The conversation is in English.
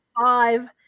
five